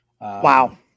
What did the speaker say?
wow